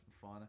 fun